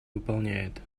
выполняет